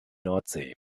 nordsee